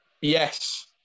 Yes